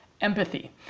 empathy